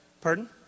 pardon